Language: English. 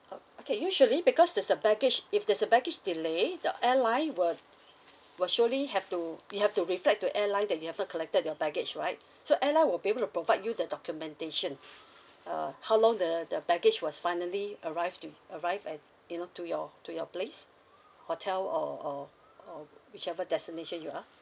ok~ okay usually because there's a baggage if there's a baggage delay the airline will will surely have to you have to reflect to airline that you haven't collected your baggage right so airline will be able to provide you the documentation uh how long the the baggage was finally arrive to arrive at you know to your to your place hotel or or or whichever destination you are